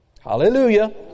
Hallelujah